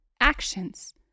Actions